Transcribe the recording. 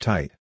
Tight